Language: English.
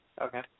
okay